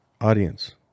Audience